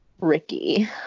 Ricky